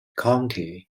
county